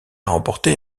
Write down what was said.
remporté